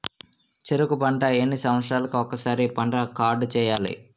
చెరుకు పంట ఎన్ని సంవత్సరాలకి ఒక్కసారి పంట కార్డ్ చెయ్యాలి?